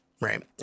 Right